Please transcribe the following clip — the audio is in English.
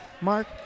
Mark